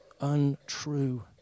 untrue